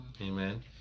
Amen